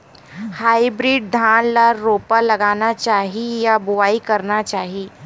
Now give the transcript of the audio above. Hybrid धान ल रोपा लगाना चाही या बोआई करना चाही?